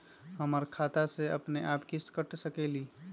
हमर खाता से अपनेआप किस्त काट सकेली?